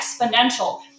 exponential